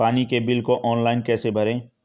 पानी के बिल को ऑनलाइन कैसे भरें?